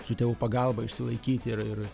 su tėvų pagalba išsilaikyti ir ir